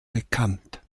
bekannt